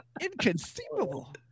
inconceivable